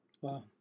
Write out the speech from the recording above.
Wow